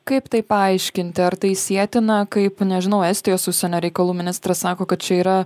kaip tai paaiškinti ar tai sietina kaip nežinau estijos užsienio reikalų ministras sako kad čia yra